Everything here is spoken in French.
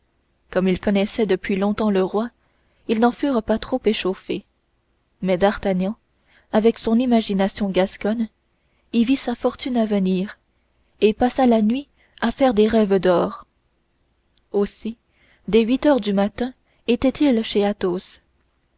comme ils connaissaient depuis longtemps le roi ils n'en furent pas trop échauffés mais d'artagnan avec son imagination gasconne y vit sa fortune à venir et passa la nuit à faire des rêves d'or aussi dès huit heures du matin était-il chez athos